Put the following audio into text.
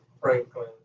Franklin